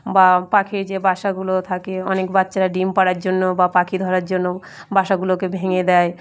বা পাখির যে বাসাগুলো থাকে অনেক বাচ্চারা ডিম পাড়ার জন্য বা পাখি ধরার জন্য বাসাগুলোকে ভেঙে দেয়